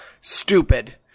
stupid